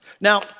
Now